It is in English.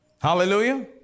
Hallelujah